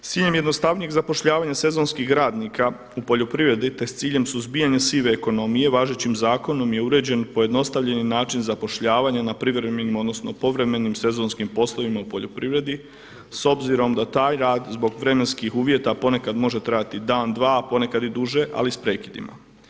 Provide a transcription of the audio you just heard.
S ciljem jednostavnijeg zapošljavanja sezonskih radnika u poljoprivredi te s ciljem suzbijanja sive ekonomije važećim zakonom je uređen pojednostavljeni način zapošljavanja na privremenim odnosno povremenim sezonskim poslovima u poljoprivredi s obzirom da taj rad zbog vremenskih uvjeta ponekad može trajati i dan dva, ponekad i duže ali s prekidima.